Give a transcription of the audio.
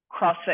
CrossFit